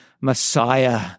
Messiah